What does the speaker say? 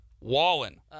Wallen